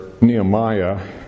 Nehemiah